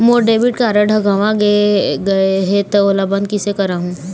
मोर debit card हर गंवा गैर गए हे त ओला बंद कइसे करहूं?